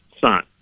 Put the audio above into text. son